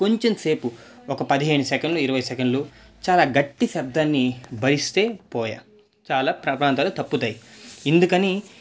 కొంచెం సేపు ఒక పదిహేను సెకండ్లు ఇరవై సెకండ్లు చాలా గట్టి శబ్దాన్ని భరిస్తే పోయే చాలా ప్రమాదాలు తప్పుతాయి ఇందుకని